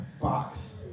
box